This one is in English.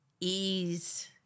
ease